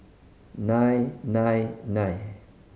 nine nine nine